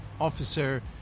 officer